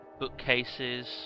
bookcases